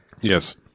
Yes